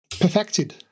perfected